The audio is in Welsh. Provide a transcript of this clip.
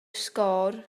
sgôr